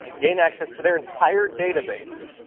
gained access to their entire database,